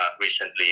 recently